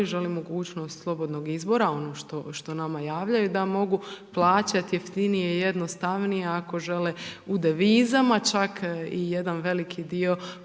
želi mogućnost slobodnog izbora, ono što, što nama javljaju da mogu plaćat jeftinije, jednostavnije ako žele u devizama, čak i jedan veliki dio, pogotovo